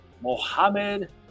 Mohammed